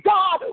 God